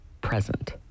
present